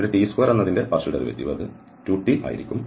ഇവിടെ t2 എന്നതിന്റ് 2t ആയിരിക്കും